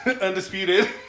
Undisputed